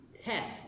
test